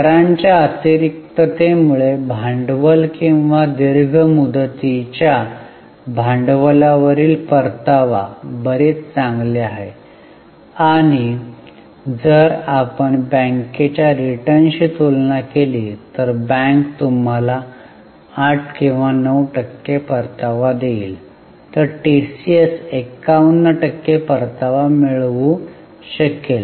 करांच्या अतिरिक्ततेमुळे भांडवल किंवा दीर्घ मुदतीच्या भांडवलावरील परतावा बरेच चांगले आहे आणि जर आपण बँकेच्या रिटर्नशी तुलना केली तर बँक तुम्हाला 8 किंवा 9 टक्के परतावा देईल तर टीसीएस 51 टक्के परतावा मिळवू शकेल